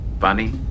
Funny